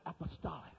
apostolic